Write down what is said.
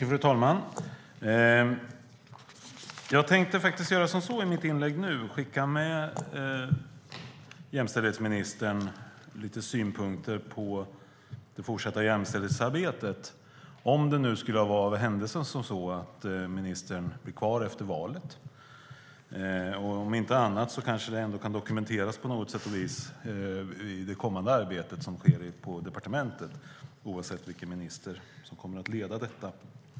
Fru talman! Jag tänkte faktiskt göra så att jag i mitt inlägg skickar med jämställdhetsministern lite synpunkter på det fortsatta jämställdhetsarbetet - om det nu skulle hända sig att ministern är kvar efter valet. Om inte annat kanske det kan dokumenteras på något sätt i det kommande arbetet som sker på departementet, oavsett vilken minister som kommer att leda det.